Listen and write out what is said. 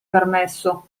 permesso